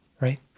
right